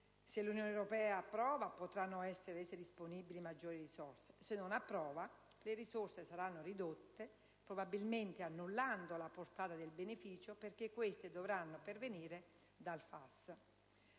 Se l'Unione europea approva, potranno essere rese disponibili maggiori risorse; se non approva, queste saranno ridotte, probabilmente annullando la portata del beneficio, perché dovranno provenire dal FAS.